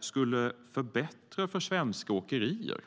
skulle förbättra för svenska åkerier.